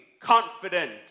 confident